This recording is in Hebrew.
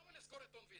למה לסגור את וסטי?